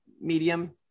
medium